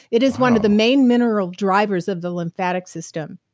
it is one of the main mineral drivers of the lymphatic system